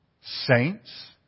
saints